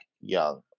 young